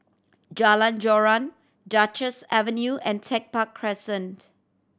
Jalan Joran Duchess Avenue and Tech Park Crescent